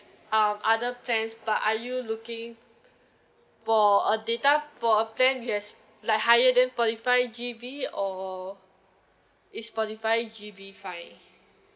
our other plans but are you looking for a data for a plan we has like higher than forty five G_B or is forty five G_B fine